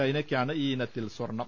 China യ്ക്കാണ് ഈ ഇനത്തിൽ സ്വർണം